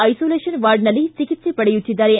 isolation ವಾರ್ಡ್ನಲ್ಲಿ ಚಿಕಿತ್ತೆ ಪಡೆಯುತ್ತಿದ್ದಾರೆ